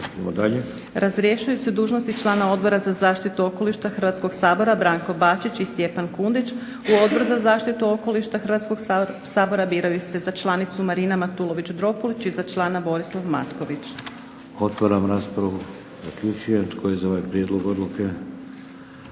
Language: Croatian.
Razrješuje se dužnosti člana Odbora za zaštitu okoliša Hrvatskog sabora Branko Bačić i Stjepan Kundić. U Odbor za zaštitu okoliša Hrvatskog sabora biraju se za članicu Marina Matulović-Dropulić i za člana Borislav Matković. **Šeks, Vladimir (HDZ)** Otvaram raspravu i zaključujem. Tko je za ovaj prijedlog odluke?